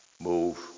move